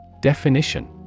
Definition